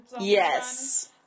Yes